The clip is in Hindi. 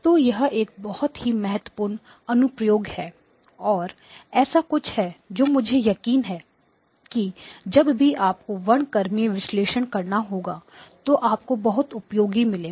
तो यह एक बहुत ही महत्वपूर्ण अनुप्रयोग है और ऐसा कुछ है जो मुझे यकीन है कि जब भी आपको वर्णक्रमीय विश्लेषण करना होगा तो आपको बहुत उपयोगी मिलेगा